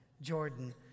Jordan